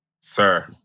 Sir